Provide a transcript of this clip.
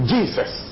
Jesus